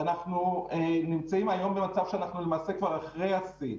ואנחנו נמצאים היום במצב שאנחנו למעשה כבר אחרי השיא.